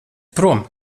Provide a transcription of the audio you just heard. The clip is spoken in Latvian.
prom